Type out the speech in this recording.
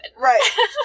Right